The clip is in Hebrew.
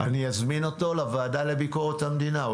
אני אזמין אותו לוועדה לביקורת המדינה,